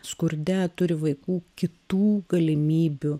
skurde turi vaikų kitų galimybių